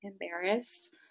embarrassed